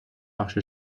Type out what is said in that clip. بخش